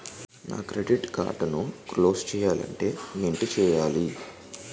నా credit card close చేయాలంటే ఏంటి చేయాలి?